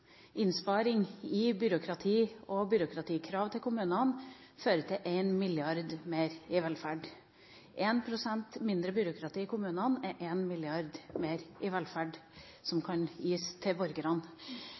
innsparing i byråkrati og byråkratikrav til kommunene fører til 1 mrd. kr mer i velferd – 1 pst. mindre byråkrati i kommunene er 1 mrd. kr mer i velferd som